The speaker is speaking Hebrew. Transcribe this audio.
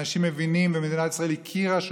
אנשים מבינים ומדינת ישראל הכירה שהוא